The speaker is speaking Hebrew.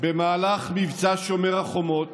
במהלך מבצע שומר החומות